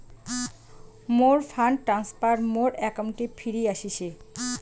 মোর fund transfer মোর অ্যাকাউন্টে ফিরি আশিসে